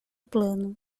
plano